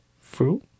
Fruit